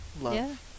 love